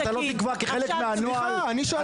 אני שואל